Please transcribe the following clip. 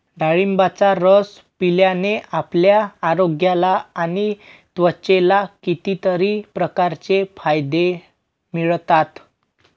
डाळिंबाचा रस पिल्याने आपल्या आरोग्याला आणि त्वचेला कितीतरी प्रकारचे फायदे मिळतात